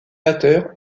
batteur